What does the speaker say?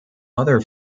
other